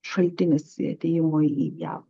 šaltinis atėjimo į jav